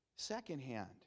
Secondhand